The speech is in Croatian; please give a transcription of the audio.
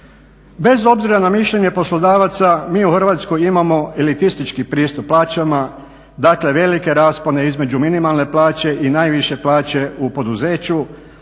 Bez obzira na mišljenje poslodavaca mi u Hrvatskoj imamo elitistički pristup plaćama, dakle velike raspone između minimalne plaće i najviše plaće u poduzeću,